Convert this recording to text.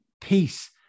peace